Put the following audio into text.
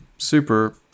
Super